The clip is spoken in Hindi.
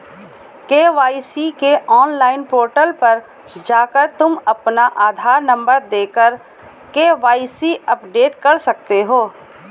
के.वाई.सी के ऑनलाइन पोर्टल पर जाकर तुम अपना आधार नंबर देकर के.वाय.सी अपडेट कर सकते हो